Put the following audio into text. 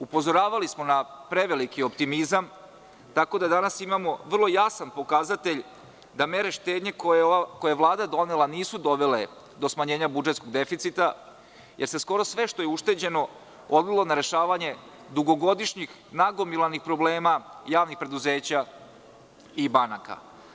Upozoravali smo na preveliki optimizam, tako da danas imamo vrlo jasan pokazatelj da mere štednje koje je Vlada donela nisu dovele do smanjenja budžetskog deficita, jer se skoro sve što je ušteđeno odlilo na rešavanje dugogodišnjih nagomilanih problema javnih preduzeća i banaka.